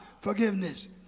forgiveness